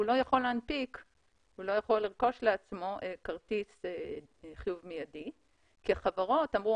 הוא לא יכול לרכוש לעצמו כרטיס חיוב מיידי כי החברות אמרו